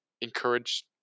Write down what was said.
encourage